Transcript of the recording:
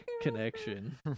connection